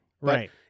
right